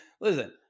listen